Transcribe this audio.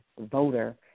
voter